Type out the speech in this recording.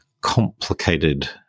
complicated